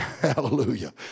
Hallelujah